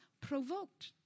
provoked